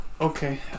Okay